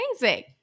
amazing